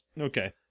Okay